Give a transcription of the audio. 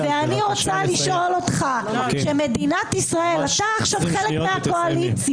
אני רוצה לשאול אותך אתה חלק מהקואליציה.